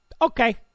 Okay